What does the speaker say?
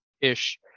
ish